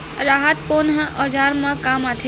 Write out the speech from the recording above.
राहत कोन ह औजार मा काम आथे?